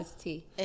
tea